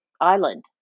Island